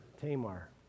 Tamar